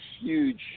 huge